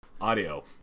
audio